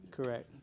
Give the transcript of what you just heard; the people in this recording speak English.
Correct